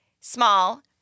small